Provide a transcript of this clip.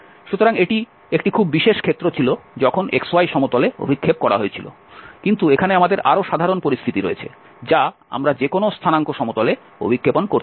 সুতরাং এটি একটি খুব বিশেষ ক্ষেত্র ছিল যখন xy সমতলে অভিক্ষেপ করা হয়েছিল কিন্তু এখানে আমাদের আরও সাধারণ পরিস্থিতি রয়েছে যা আমরা যে কোনও স্থানাঙ্ক সমতলে অভিক্ষেপণ করতে পারি